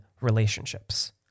relationships